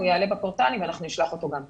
הוא יעלה בפורטלים ונשלח גם אותו.